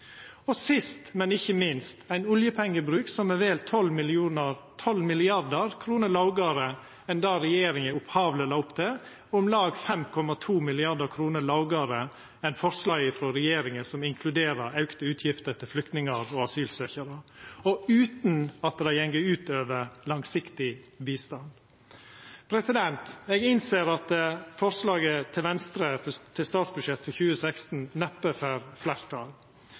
kr sist, men ikkje minst, ein oljepengebruk som er vel 12 mrd. kr lågare enn det regjeringa opphavleg la opp til – om lag 5,2 mrd. kr lågare enn forslaget frå regjeringa som inkluderer auka utgifter til flyktningar og asylsøkjarar – og utan at det går ut over langsiktig bistand Eg innser at forslaget til statsbudsjett for 2016 frå Venstre neppe får fleirtal.